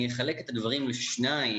אני אחלק את הדברים לשניים,